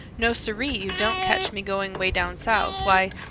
no, siree, you don't catch me going way down south. why,